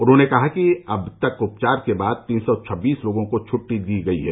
उन्होंने कहा कि अब तक उपचार के बाद तीन सौ छब्बीस लोगों को छुट्टी दी गई है